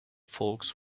folks